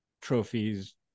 Trophies